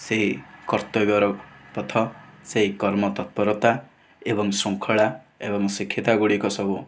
ସେହି କର୍ତ୍ତବ୍ୟର ପଥ ସେହି କର୍ମତତ୍ପରତା ଏବଂ ଶୃଙ୍ଖଳା ଏବଂ ଶିକ୍ଷିତ ଗୁଡ଼ିକ ସବୁ